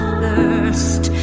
thirst